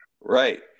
Right